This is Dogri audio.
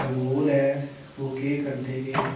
रोल ऐ ओह् केह् करदे के